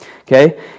okay